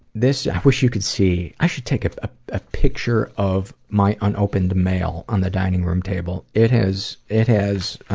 this i wish you could see i should take a ah ah picture of my unopened mail on the dining room table. it has it has